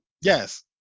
Yes